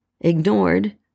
Ignored